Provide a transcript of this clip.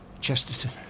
Chesterton